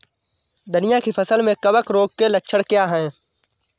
धनिया की फसल में कवक रोग के लक्षण क्या है?